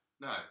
no